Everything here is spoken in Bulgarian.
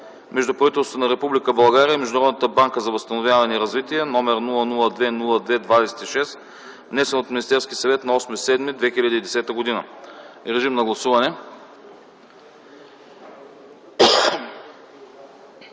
между правителството на Република България и Международната банка за възстановяване и развитие, № 002-02-26, внесен от Министерския съвет на 8 юли 2010 г. Гласували